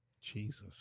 Jesus